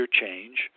change